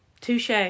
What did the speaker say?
Touche